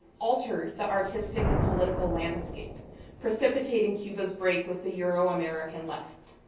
altered the artistic and political landscape precipitating cuba's break with the euro-american left.